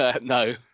No